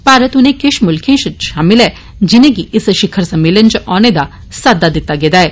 भारत उनें किश मुल्खें इच शामल ऐ जिनेंगी इस शिखर सम्मेलन इच औने दा साद्वा दिता गेदा ऐ